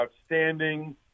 outstanding